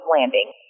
Landing